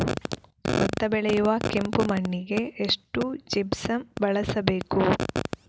ಭತ್ತ ಬೆಳೆಯುವ ಕೆಂಪು ಮಣ್ಣಿಗೆ ಎಷ್ಟು ಜಿಪ್ಸಮ್ ಬಳಸಬೇಕು?